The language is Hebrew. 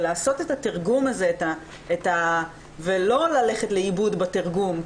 לעשות את התרגום הזה ולא ללכת לאיבוד בתרגום,